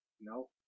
No